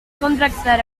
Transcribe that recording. contractar